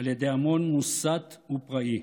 על ידי המון מוסת ופראי.